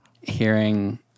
hearing